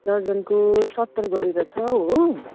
दर्जनको सत्तर गरेर छ हो